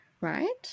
right